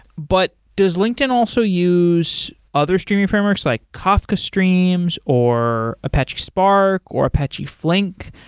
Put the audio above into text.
but does linkedin also use other streaming frameworks, like kafka streams, or apache spark, or apache flink?